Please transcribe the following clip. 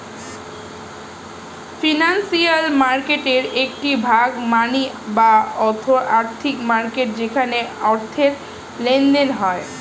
financial মার্কেটের একটি ভাগ মানি বা আর্থিক মার্কেট যেখানে অর্থের লেনদেন হয়